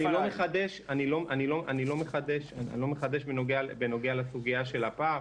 אני לא מחדש בנוגע לסוגיה של הפער.